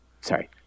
sorry